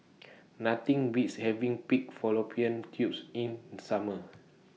Nothing Beats having Pig Fallopian Tubes in Summer